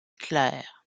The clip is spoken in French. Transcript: clair